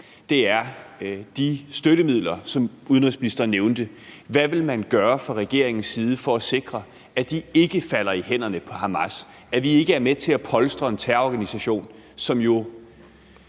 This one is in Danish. om, er de støttemidler, som udenrigsministeren nævnte. Hvad vil man gøre fra regeringens side for at sikre, at de ikke falder i hænderne på Hamas, og at vi ikke er med til at polstre en terrororganisation, som jo